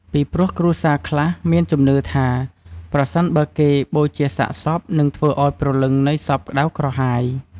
ពីព្រោះគ្រួសារខ្លះមានជំនឿថា ប្រសិនបើគេបូជាសាកសពនិងធ្វើអោយព្រលឹងនៃសពក្ដៅក្រហាយ។